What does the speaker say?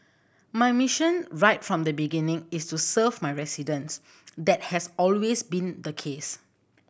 my mission right from the beginning is to serve my residents that has always been the case